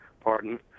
pardon